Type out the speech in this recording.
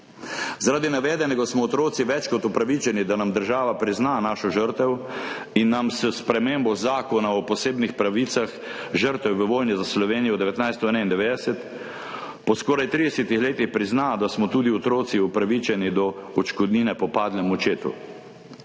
Zaradi navedenega smo otroci več kot upravičeni, da nam država prizna našo žrtev in nam s spremembo Zakona o posebnih pravicah žrtev v vojni za Slovenijo 1991 po skoraj 30 letih prizna, da smo tudi otroci upravičeni do odškodnine po padlem očetu.